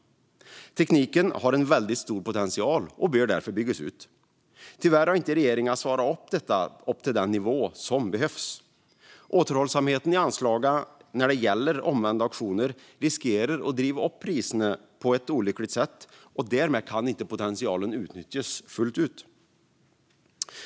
Tekniken har väldigt stor potential och bör därför byggas ut. Tyvärr har regeringen inte svarat upp mot detta på den nivå som behövs. Återhållsamheten i anslagen när det gäller omvända auktioner riskerar att driva upp priserna på ett olyckligt sätt, och därmed kan potentialen inte utnyttjas fullt ut.